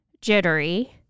jittery